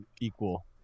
equal